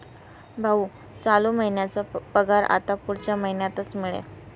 भाऊ, चालू महिन्याचा पगार आता पुढच्या महिन्यातच मिळेल